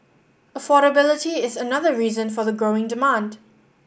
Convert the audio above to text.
affordability is another reason for the growing demand